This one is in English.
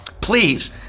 please